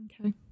Okay